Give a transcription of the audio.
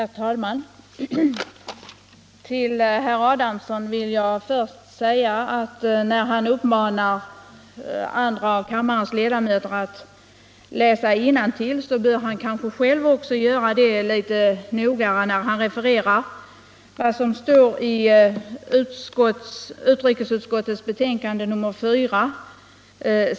Herr talman! Till herr Adamsson vill jag först säga, när han uppmanar andra av kammarens ledamöter att läsa innantill, att han kanske också själv bör göra det litet mera noggrant när han refererar vad som står i utrikesutskottets betänkande nr 4.